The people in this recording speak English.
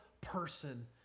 person